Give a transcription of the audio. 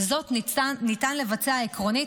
וניתן לבצע זאת, עקרונית,